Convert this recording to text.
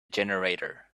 generator